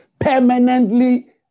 permanently